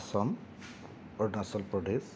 Assam Arunachal Pradesh